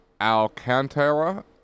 Alcantara